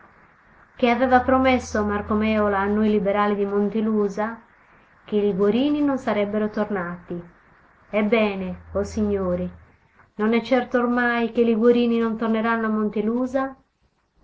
che aveva promesso marco mèola a noi liberali di montelusa che i liguorini non sarebbero tornati ebbene o signori e non è certo ormai che i liguorini non torneranno a montelusa i